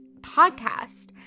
podcast